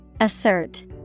Assert